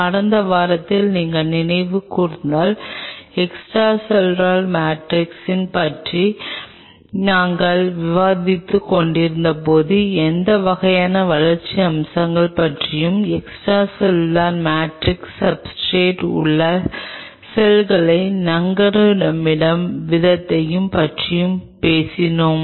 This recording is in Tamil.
கடந்த வாரத்தில் நீங்கள் நினைவு கூர்ந்தால் எக்ஸ்ட்ராசெல்லுலர் மேட்ரிக்ஸின் பங்கு பற்றி நாங்கள் விவாதித்துக் கொண்டிருந்தபோது எந்த வகையான வளர்ச்சி அம்சங்களைப் பற்றியும் எக்ஸ்ட்ரா செல்லுலார் மேட்ரிக்ஸ் சப்ஸ்ர்டேட் உள்ள செல்களை நங்கூரமிடும் விதத்தைப் பற்றியும் பேசினோம்